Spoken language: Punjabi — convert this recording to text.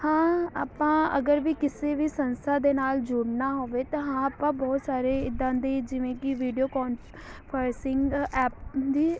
ਹਾਂ ਆਪਾਂ ਅਗਰ ਵੀ ਕਿਸੇ ਵੀ ਸੰਸਥਾ ਦੇ ਨਾਲ ਜੁੜਨਾ ਹੋਵੇ ਤਾਂ ਹਾਂ ਆਪਾਂ ਬਹੁਤ ਸਾਰੇ ਇੱਦਾਂ ਦੇ ਜਿਵੇਂ ਕਿ ਵੀਡੀਓ ਕੋਂਨ ਫਰਸਿੰਗ ਐਪ ਦੀ